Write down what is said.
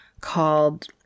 called